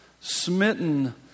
smitten